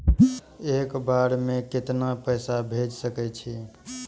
एक बार में केतना पैसा भेज सके छी?